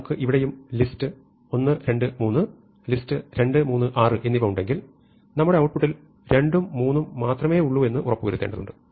നമുക്ക് ഇവിടെയും list 1 2 3 list 2 3 6 എന്നിവ ഉണ്ടെങ്കിൽ നമ്മുടെ ഔട്ട്പുട്ടിൽ 2 ഉം 3 ഉം മാത്രമേ ഉള്ളൂ എന്ന് ഉറപ്പുവരുത്തേണ്ടതുണ്ട്